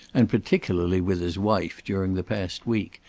and particularly with his wife, during the past week,